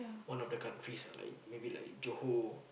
one of the countries ah like maybe like Johor